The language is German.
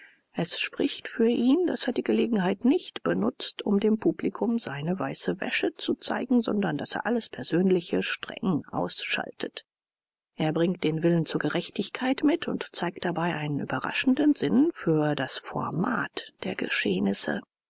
es spricht für ihn daß er die gelegenheit nicht benutzt um dem publikum seine weiße wäsche zu zeigen sondern daß er alles persönliche streng ausschaltet er bringt den willen zur gerechtigkeit mit und zeigt dabei einen überraschenden sinn für das format der geschehnisse